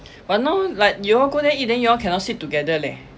but now like you all go there eat then you all cannot sit together leh